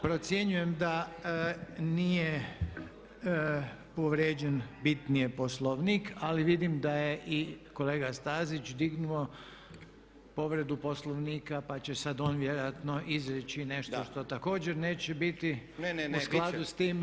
Procjenjujem da nije povrijeđen bitnije Poslovnik, ali vidim da je i kolega Stazić dignuo povredu Poslovnika, pa će sad on vjerojatno izreći nešto što također neće biti u skladu s time.